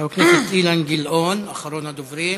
חבר הכנסת אילן גילאון, אחרון הדוברים.